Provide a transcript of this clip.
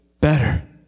better